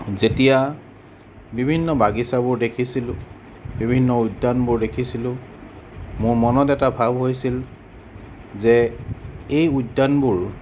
যেতিয়া বিভিন্ন বাগিছাবোৰ দেখিছিলোঁ বিভিন্ন উদ্যানবোৰ দেখিছিলোঁ মোৰ মনত এটা ভাব হৈছিল যে এই উদ্যানবোৰ